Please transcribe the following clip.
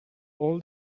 all